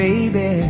Baby